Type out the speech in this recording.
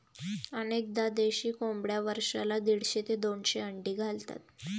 अनेकदा देशी कोंबड्या वर्षाला दीडशे ते दोनशे अंडी घालतात